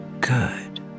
Good